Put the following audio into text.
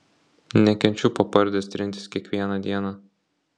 nekenčiu po pardes trintis kiekvieną dieną